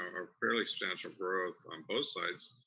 um fairly substantial growth on both sides.